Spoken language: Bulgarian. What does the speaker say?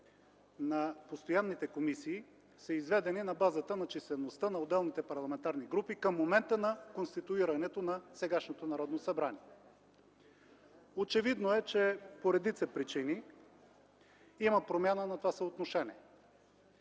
на постоянните комисии са изведени на базата на числеността на отделните парламентарни групи към момента на конституирането на сегашното Народно събрание. Очевидно е, че по редица причини има промяна на това съотношение